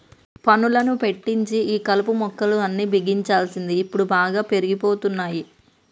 పనులను పెట్టించి ఈ కలుపు మొక్కలు అన్ని బిగించాల్సింది ఇప్పుడు బాగా పెరిగిపోతున్నాయి